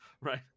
right